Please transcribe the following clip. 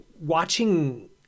watching